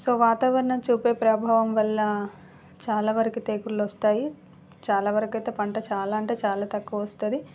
so వాతావరణ చూపే ప్రభావం వల్ల చాలా వరకు తెగుళ్ళు వస్తాయి చాలా వరకు అయితే పంట చాలా అంటే చాలా తక్కువ వస్తుంది